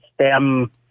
stem